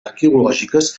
arqueològiques